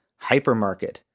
hypermarket